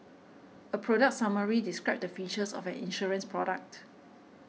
a product summary describes the features of an insurance product